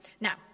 Now